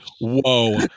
whoa